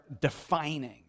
defining